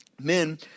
men